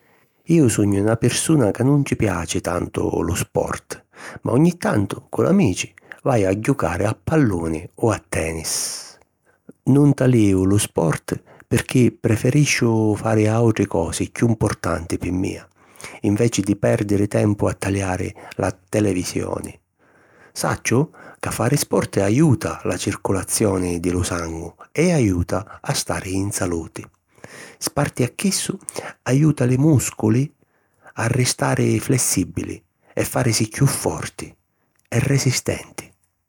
Iu sugnu na pirsuna ca nun ci piaci tantu lu sport, ma ogni tantu cu l’amici vaju a jucari a palluni o a tenis. Nun talìu lu sport pirchì preferisciu fari àutri cosi chiù mpurtanti pi mia, inveci di pèrdiri tempu a taliari la televisioni. Sacciu ca fari sport ajuta la circulazioni di lu sangu e ajuta a stari in saluti. Sparti a chissu, ajuta li mùsculi a ristari flèssibili e fàrisi chiù forti e resistenti.